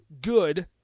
good